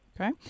Okay